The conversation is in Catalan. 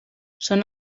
són